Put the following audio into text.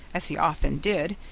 as he often did,